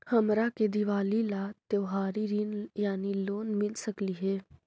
हमरा के दिवाली ला त्योहारी ऋण यानी लोन मिल सकली हे?